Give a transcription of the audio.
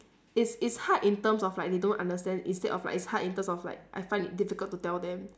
it's it's hard in terms of like they don't understand instead of like it's hard in terms of like I find it difficult to tell them